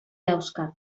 dauzkat